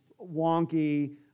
wonky